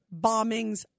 bombings